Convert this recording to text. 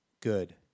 good